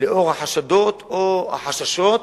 לנוכח החשדות או החששות,